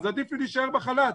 אז עדיף לי להישאר בחל"ת.